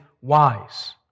wise